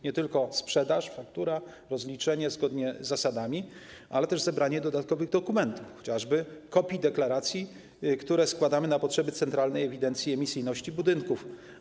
Nie tylko sprzedaż, faktura, rozliczenie zgodnie z zasadami, ale też zebranie dodatkowych dokumentów, chociażby kopii deklaracji, które składamy na potrzeby Centralnej Ewidencji Emisyjności Budynków.